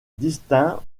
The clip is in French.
distincts